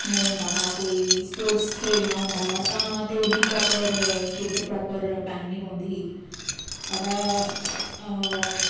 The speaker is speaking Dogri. ओह् होंदा हा कोई स्पोर्ट्स खेलना होंदा हा तां ते ओह्दी प्रापर किट प्रापर पहननी पौंदी ही अबा हां